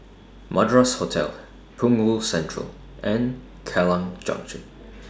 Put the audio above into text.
Madras Hotel Punggol Central and Kallang Junction